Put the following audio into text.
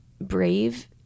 brave